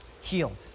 healed